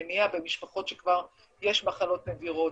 מניעה במשפחות שכבר יש מחלות נדירות,